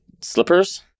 slippers